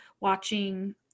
watching